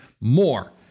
more